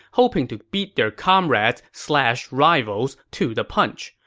hoping to beat their comrades slash rivals to the punch.